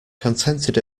contented